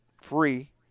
free